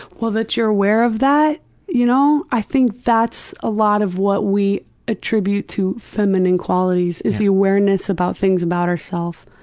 well that you are aware of that you know i think that's a lot of what we attribute to feminine qualities is the awareness about things about our self.